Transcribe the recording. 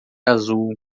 azul